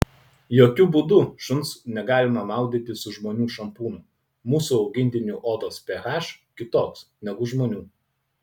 jokiu būdu šuns negalima maudyti su žmonių šampūnu mūsų augintinių odos ph kitoks negu žmonių